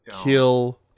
kill